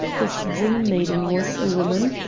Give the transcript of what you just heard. this dream-maiden was a woman?